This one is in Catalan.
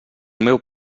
meu